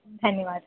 धन्यवादः